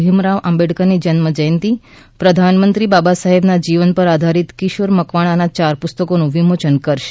ભીમરાવ આંબેડકરની જન્મજ્યંતિ પ્રધાનમંત્રી બાબાસાહેબના જીવન પર આધારિત કિશોર મકવાણાના ચાર પુસ્તકોનું વિમોચન કરશે